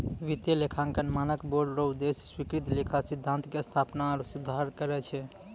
वित्तीय लेखांकन मानक बोर्ड रो उद्देश्य स्वीकृत लेखा सिद्धान्त के स्थापना आरु सुधार करना छै